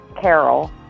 carol